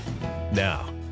Now